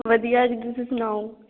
ਵਧੀਆ ਜੀ ਤੁਸੀਂ ਸੁਣਾਓ